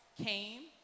came